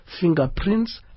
fingerprints